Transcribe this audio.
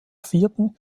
vierten